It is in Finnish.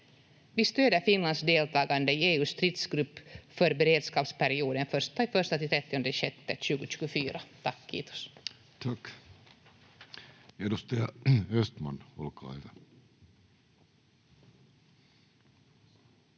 Vi stöder Finlands deltagande i EU:s stridsgrupp för beredskapsperioden 1.1—30.6.2024. — Tack, kiitos. Tack. — Edustaja Östman, olkaa hyvä.